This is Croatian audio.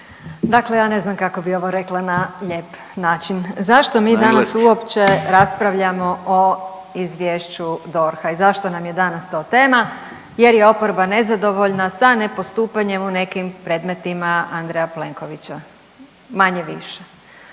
Dakle, ja ne znam kako bi ovo rekla na lijep način. …/Upadica: Na engleski./… Zašto mi danas uopće raspravljamo o izvješću DORH-a i zašto nam je danas to tema jer je oporba nezadovoljna sa ne postupanjem u nekim predmetima Andreja Plenkovića, manje-više.